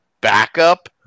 backup